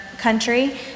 country